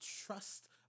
Trust